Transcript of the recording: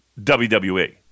WWE